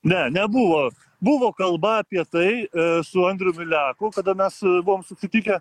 ne nebuvo buvo kalba apie tai su andriumi leku kada mes buvom susitikę